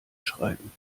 schreiben